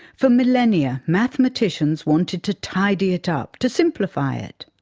for millennia mathematicians wanted to tidy it up, to simplify it.